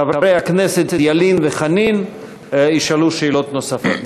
חברי הכנסת ילין וחנין ישאלו שאלות נוספות.